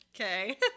Okay